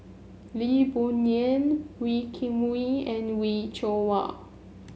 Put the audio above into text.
Lee Boon Ngan Wee Kim Wee and Wee Cho Yaw